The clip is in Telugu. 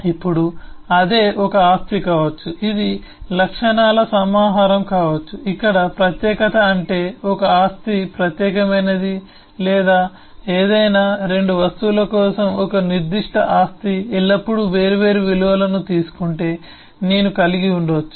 ఇప్పుడు అది ఒకే ఆస్తి కావచ్చు ఇది లక్షణాల సమాహారం కావచ్చు ఇక్కడ ప్రత్యేకత అంటే ఒక ఆస్తి ప్రత్యేకమైనది లేదా ఏదైనా 2 వస్తువుల కోసం ఒక నిర్దిష్ట ఆస్తి ఎల్లప్పుడూ వేర్వేరు విలువలను తీసుకుంటుంటే నేను కలిగి ఉండవచ్చు